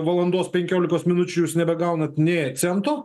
valandos penkiolikos minučių jūs nebegaunat nė cento